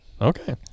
Okay